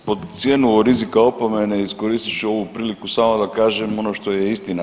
Ma pod cijenu rizika opomene iskoristit ću ovu priliku samo da kažem ono što je istina.